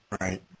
Right